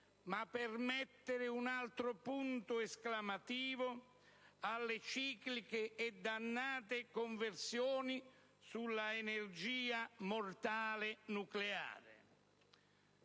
ma per mettere un altro punto esclamativo alle cicliche e dannate conversioni sull'energia mortale nucleare.